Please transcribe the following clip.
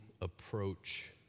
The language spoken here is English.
approach